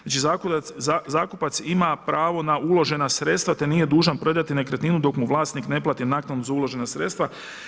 Znači, zakupac ima pravo na uložena sredstva te nije dužan predati nekretninu dok mu vlasnik ne plati naknadu za uložena sredstva.